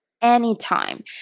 anytime